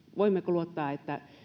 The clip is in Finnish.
voimmeko luottaa että